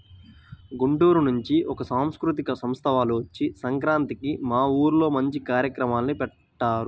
గుంటూరు నుంచి ఒక సాంస్కృతిక సంస్థ వాల్లు వచ్చి సంక్రాంతికి మా ఊర్లో మంచి కార్యక్రమాల్ని పెట్టారు